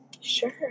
Sure